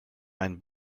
ein